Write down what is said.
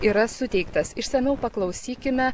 yra suteiktas išsamiau paklausykime